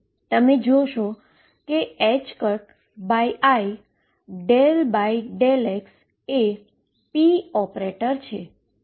તમે જોશો કે i ∂x એ p છે